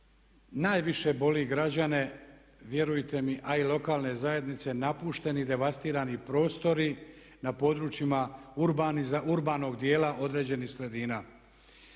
najviše boli građane, vjerujte mi, a i lokalne zajednice napušteni, devastirani prostori na područjima urbanog dijela određenih sredina.